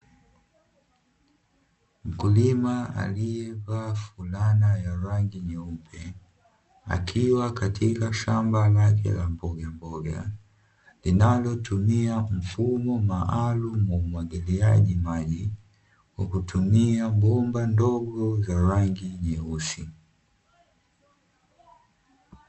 Mkulima aliyevaa fulana ya rangi nyeupe akiwa katika shamba lake la mbogamboga, linalotumia mfumo maalumu wa umwagiliaji maji kwa kutumia bomba ndogo za rangi nyeusi.